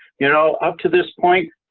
you know, up to this point,